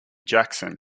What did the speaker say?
jackson